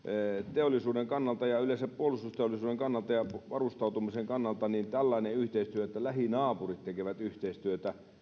teollisuuden kannalta ja yleensä puolustusteollisuuden kannalta ja varustautumisen kannalta niin kun tällainen yhteistyö maarajojen yli että lähinaapurit tekevät yhteistyötä